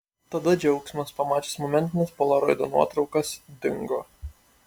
tada džiaugsmas pamačius momentines polaroido nuotraukas dingo